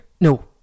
No